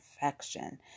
perfection